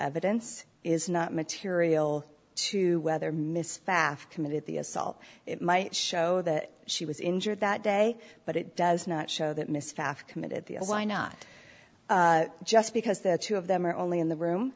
evidence is not material to whether miss fath committed the assault it might show that she was injured that day but it does not show that miss faffed committed the why not just because the two of them are only in the room